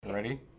Ready